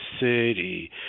city